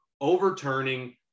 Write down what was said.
overturning